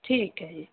ਠੀਕ ਹੈ ਜੀ